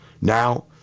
Now